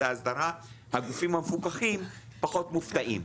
האסדרה - הגופים המפוקחים פחות מופתעים.